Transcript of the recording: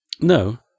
No